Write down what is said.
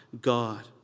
God